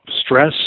stress